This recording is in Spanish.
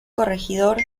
corregidor